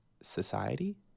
society